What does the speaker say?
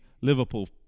Liverpool